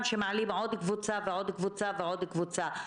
שמעלים עוד קבוצה ועוד קבוצה ועוד קבוצה.